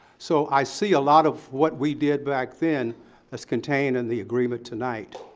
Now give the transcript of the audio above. so i see a lot of what we did back then as contained in the agreement tonight.